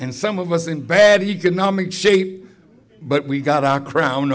and some of us in bad economic shape but we got our cro